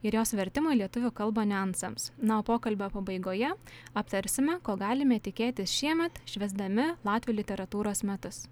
ir jos vertimo į lietuvių kalbą niuansams na o pokalbio pabaigoje aptarsime ko galime tikėtis šiemet švęsdami latvių literatūros metus